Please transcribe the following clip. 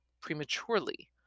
prematurely